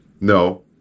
No